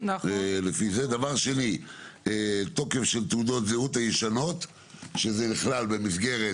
תוקף תעודות הזהות הישנות וזה נכלל במסגרת